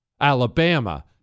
Alabama